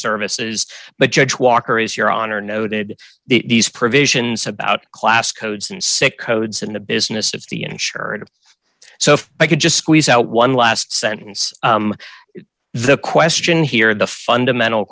services but judge walker is your honor noted these provisions about class codes and sick codes in the business of the insured so if i could just squeeze out one last sentence the question here the fundamental